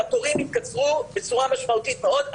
שהתורים יתקצרו בצורה משמעותית מאוד.